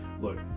look